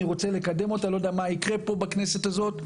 אני לא יודע מה יקרה פה בכנסת הזאת,